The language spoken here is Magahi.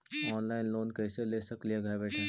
ऑनलाइन लोन कैसे ले सकली हे घर बैठे?